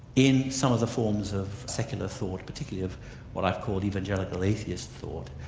in some of the forms of secular thought, particularly of what i've called evangelical atheist thought,